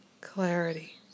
clarity